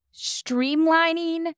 streamlining